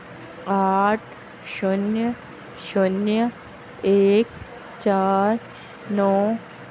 आठ शून्य शून्य एक चार नौ